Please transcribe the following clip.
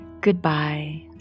Goodbye